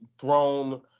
thrown